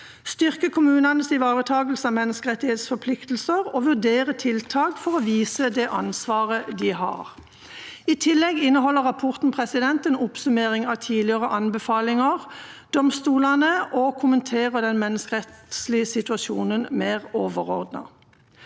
styrke kommunenes ivaretakelse av mennskerettighetsforpliktelser og vurdere tiltak for å vise det ansvaret de har I tillegg inneholder rapporten en oppsummering av tidligere anbefalinger og om domstolene og kommenterer den menneskerettslige situasjonen mer overordnet.